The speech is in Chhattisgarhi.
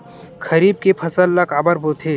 खरीफ के फसल ला काबर बोथे?